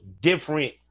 different